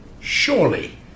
Surely